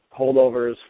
holdovers